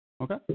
Okay